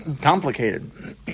complicated